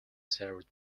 served